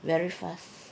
very fast